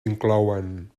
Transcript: inclouen